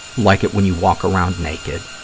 like it when you walk around naked,